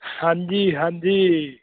ਹਾਂਜੀ ਹਾਂਜੀ